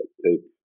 take